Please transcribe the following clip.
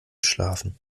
schlafen